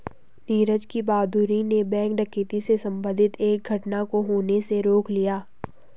नीरज की बहादूरी ने बैंक डकैती से संबंधित एक घटना को होने से रोक लिया